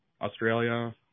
Australia